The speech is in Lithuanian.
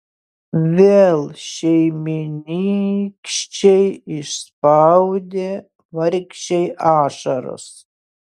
vėl šeimynykščiai išspaudė vargšei ašaras